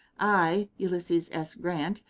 i, ulysses s. grant,